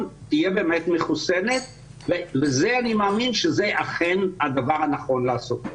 תהיה באמת מחוסנת ואני מאמין שזה אכן הדבר הנכון לעשות.